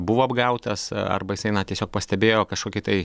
buvo apgautas arba jisai na tiesiog pastebėjo kažkokį tai